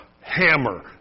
hammer